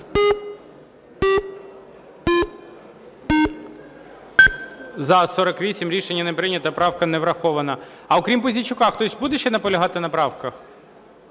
За-48 Рішення не прийнято. Правка не врахована. А окрім Пузійчука хтось буде ще наполягати на правках?